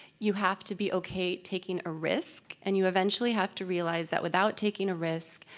you have to be okay taking a risk, and you eventually have to realize that without taking a risk,